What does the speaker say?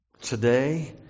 today